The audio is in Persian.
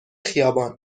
خیابان